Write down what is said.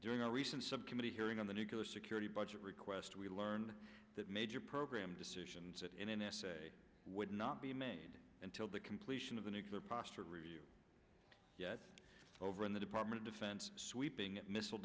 during a recent subcommittee hearing on the nuclear security budget request we learned that major program decisions at n s a would not be made until the completion of the nuclear posture review yet over in the department of defense sweeping missile